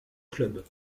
club